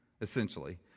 essentially